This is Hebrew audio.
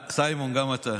סימון, גם אתה.